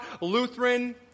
Lutheran